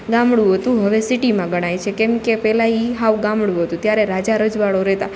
ગામડું હતું હવે સિટીમાં ગણાય છે કેમ કે પેલા ઈ સાવ ગામડું હતું ત્યારે રાજા રજવાડો રેતા